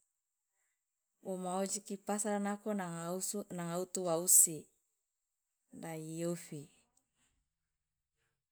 woma ojiki pasala nako nanga utu wa usi lai ofi.